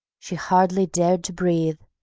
she hardly dared to breathe,